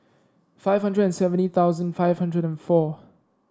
five hundred and seventy thousand five hundred and four